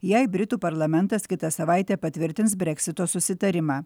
jei britų parlamentas kitą savaitę patvirtins breksito susitarimą